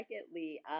secondly